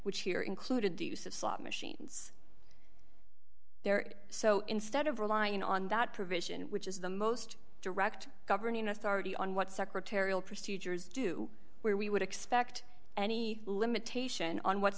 or included the use of slot machines there so instead of relying on that provision which is the most direct governing authority on what secretarial procedures do where we would expect any limitation on what